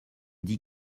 dit